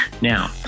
Now